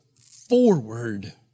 forward